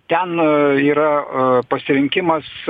ten yra pasirinkimas